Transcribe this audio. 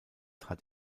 hat